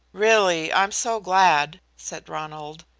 really, i am so glad, said ronald.